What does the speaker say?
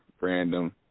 random